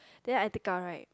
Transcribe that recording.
then I take up right